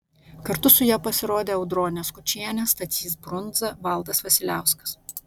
kartu su ja pasirodė audronė skučienė stasys brundza valdas vasiliauskas